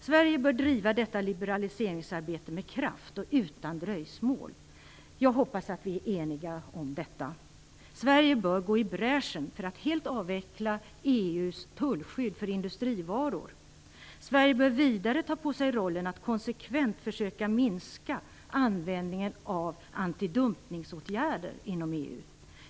Sverige bör driva detta liberaliseringsarbete med kraft och utan dröjsmål. Jag hoppas att vi är eniga om detta. Sverige bör gå i bräschen för att helt avveckla EU:s tullskydd för industrivaror. Sverige bör vidare ta på sig rollen att konsekvent försöka minska användningen av antidumpningsåtgärder inom EU.